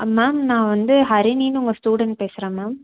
ma'am நான் வந்து ஹரிணினு உங்கள் ஸ்டூடண்ட் பேசுகிறேன் மேம்